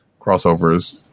crossovers